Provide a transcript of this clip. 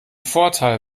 vorteil